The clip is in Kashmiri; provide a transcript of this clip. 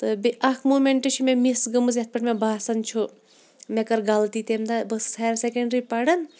تہٕ بیٚیہِ اَکھ موٗمٮ۪نٛٹ چھِ مےٚ مِس گٔمٕژ یَتھ پٮ۪ٹھ مےٚ باسان چھُ مےٚ کٔر غلطی تمہِ دۄہ بہٕ ٲسٕس ہایر سکٮ۪نٛڈرٛی پَران